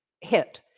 hit